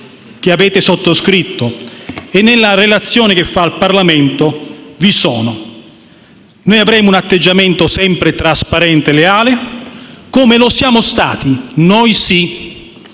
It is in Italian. che avete sottoscritto e nella relazione che fa al Parlamento vi sono. Noi avremo un atteggiamento sempre trasparente e leale, come siamo stati - noi sì